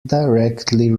directly